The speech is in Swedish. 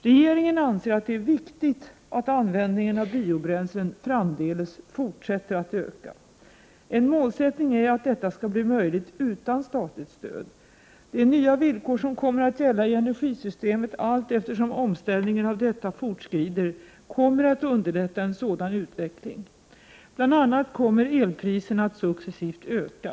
Regeringen anser att det är viktigt att användningen av biobränslen framdeles fortsätter att öka. En målsättning är att detta skall bli möjligt utan statligt stöd. De nya villkor som kommer att gälla i energisystemet allteftersom omställningen av detta fortskrider kommer att underlätta en sådan utveckling. Bl.a. kommer elpriserna att successivt öka.